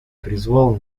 призвал